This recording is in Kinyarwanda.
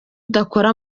udakora